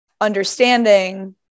understanding